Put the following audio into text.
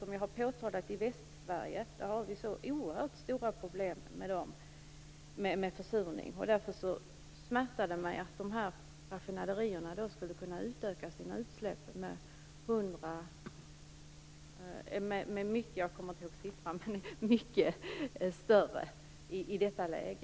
Som jag har påtalat har vi oerhört stora problem med försurning i Västsverige. Därför smärtar det mig att raffinaderierna skulle kunna utöka sina utsläpp så mycket i detta läge.